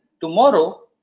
tomorrow